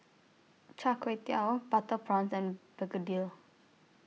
Char Kway Teow Butter Prawns and Begedil